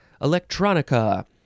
electronica